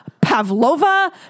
pavlova